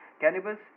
Cannabis